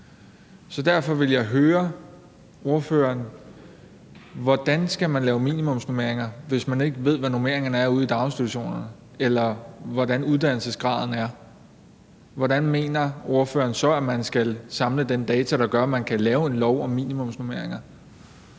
Så derfor vil jeg høre ordføreren: Hvordan skal man lave minimumsnormeringer, hvis man ikke ved, hvad normeringerne er ude i daginstitutionerne, eller hvordan uddannelsesgraden er? Hvordan mener ordføreren så, at man skal samle de data, der gør, at man kan lave en lov om minimumsnormeringer?